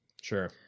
Sure